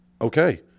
Okay